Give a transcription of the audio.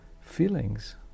feelings